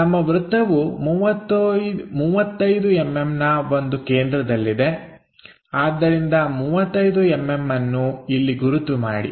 ನಮ್ಮ ವೃತ್ತವು 35mmನ ಒಂದು ಕೇಂದ್ರದಲ್ಲಿದೆ ಆದ್ದರಿಂದ 35mm ಅನ್ನು ಇಲ್ಲಿ ಗುರುತುಮಾಡಿ